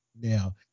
now